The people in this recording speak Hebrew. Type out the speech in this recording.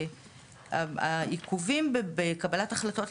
העיכובים בקבלת החלטות,